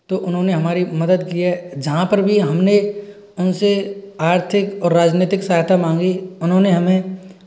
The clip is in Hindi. तो उन्होंने हमारी मदद की है जहाँ पर भी हमने उनसे आर्थिक और राजनीतिक सहायता मांगी उन्होंने हमें